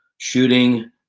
Shooting